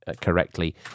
correctly